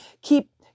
keep